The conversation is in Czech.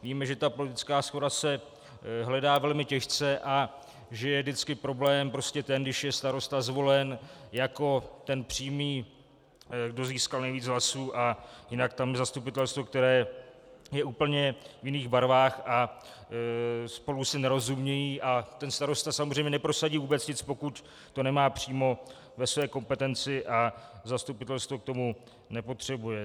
Víme, že ta politická shoda se hledá velmi těžce a že je vždycky problém ten, když je starosta zvolen jako ten přímý, kdo získal nejvíce hlasů, a jinak je tam zastupitelstvo, které je úplně v jiných barvách a spolu si nerozumějí a ten starosta samozřejmě neprosadí vůbec nic, pokud to nemá přímo ve své kompetenci a zastupitelstvo k tomu nepotřebuje.